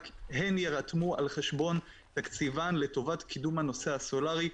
הן ירתמו על חשבון תקציבן לטובת קידום הנושא הסולארי.